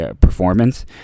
Performance